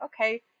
okay